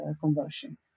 conversion